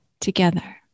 together